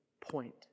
point